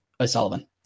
O'Sullivan